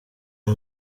iyo